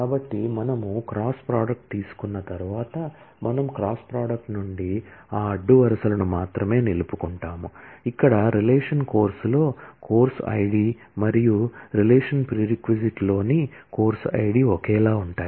కాబట్టి మనము cross product తీసుకున్న తర్వాత మనము క్రాస్ ప్రొడక్ట్ నుండి ఆ అడ్డు వరుసలను మాత్రమే నిలుపుకుంటాము ఇక్కడ రిలేషన్ కోర్సులో కోర్సు ఐడి మరియు రిలేషన్ ప్రిరెక్లోని కోర్సు ఐడి ఒకేలా ఉంటాయి